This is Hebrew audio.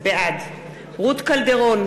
בעד רות קלדרון,